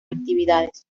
actividades